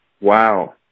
Wow